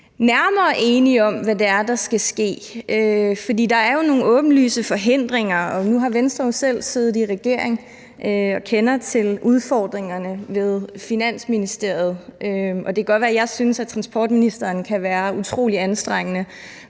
nærmere enige om, hvad det er, der skal ske. For der er jo nogle åbenlyse forhindringer, og nu har Venstre selv siddet i regering og kender til udfordringerne ved Finansministeriet, og det kan godt være, at jeg synes, at transportministeren kan være utrolig anstrengende,